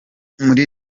muri